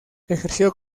ejerció